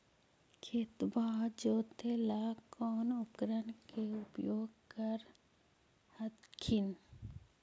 खेतबा जोते ला कौन उपकरण के उपयोग कर हखिन?